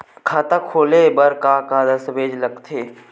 खाता खोले बर का का दस्तावेज लगथे?